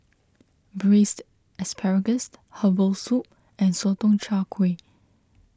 Braised Asparagus Herbal Soup and Sotong Char Kway